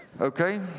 Okay